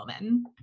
woman